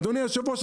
אדוני היושב-ראש,